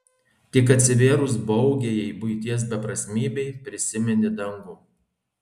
tik atsivėrus baugiajai buities beprasmybei prisimeni dangų